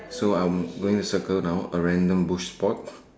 so I'm going to circle now a random bush spot